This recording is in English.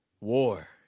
War